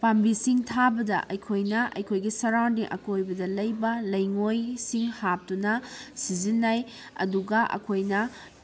ꯄꯥꯝꯕꯤꯁꯤꯡ ꯊꯥꯕꯗ ꯑꯩꯈꯣꯏꯅ ꯑꯩꯈꯣꯏꯒꯤ ꯁꯔꯥꯎꯟꯗꯤꯡ ꯑꯀꯣꯏꯕꯗ ꯂꯩꯕ ꯂꯩꯉꯣꯏꯁꯤꯡ ꯍꯥꯞꯇꯨꯅ ꯁꯤꯖꯤꯟꯅꯩ ꯑꯗꯨꯒ ꯑꯩꯈꯣꯏꯅ